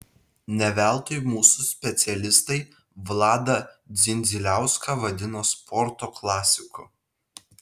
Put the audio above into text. ne veltui mūsų specialistai vladą dzindziliauską vadino sporto klasiku